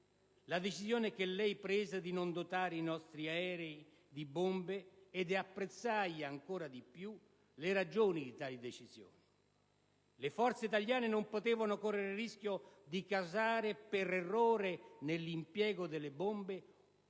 la decisione che lei prese di non dotare i nostri aerei di bombe ed apprezzai ancora di più le ragioni di tale decisione: le forze italiane non potevano correre il rischio di causare, per errore nell'impiego delle bombe